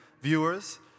viewers